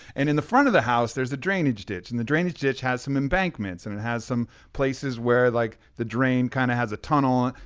and in the front of the house, there's a drainage ditch. and the drainage ditch has some embankments. and it has some places where like the drain kinda has a tunnel. and